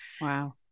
Wow